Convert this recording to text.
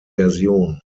version